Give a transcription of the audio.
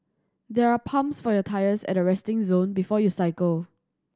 there are pumps for your tyres at the resting zone before you cycle